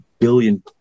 billion